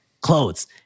clothes